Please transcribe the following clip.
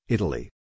Italy